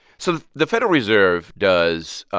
so the federal reserve does,